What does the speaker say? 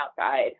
outside